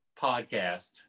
podcast